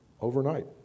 overnight